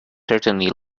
certainly